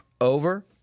over